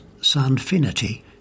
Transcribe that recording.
sunfinity